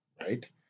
right